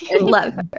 love